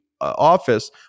office